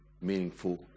meaningful